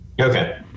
Okay